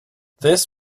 this